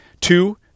Two